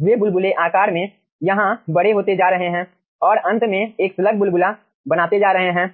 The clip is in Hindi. वे बुलबुले आकार में यहाँ बड़े होते जा रहे हैं और अंत में एक स्लग बुलबुला बनते जा रहे हैं